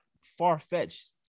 far-fetched